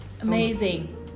amazing